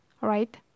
right